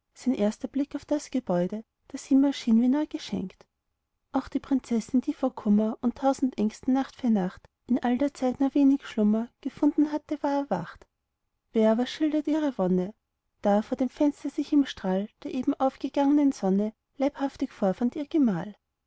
sein erster blick auf das gebäude das ihm erschien wie neu geschenkt auch die prinzessin die vor kummer und tausend ängsten nacht für nacht in all der zeit nur wenig schlummer gefunden hatte war erwacht wer aber schildert ihre wonne da vor dem fenster sich im strahl der eben aufgegangnen sonne leibhaftig vorfand ihr gemahl